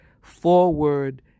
forward